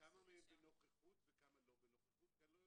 מהם בנוכחות וכמה לא בנוכחות, כי אני לא יודע.